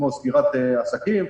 כמו סגירת עסקים,